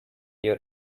your